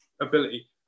ability